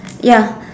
ya